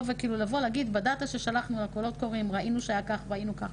ולהגיד שבדאטה ששלחנו לקולות הקוראים ראינו שהיה כך וכך.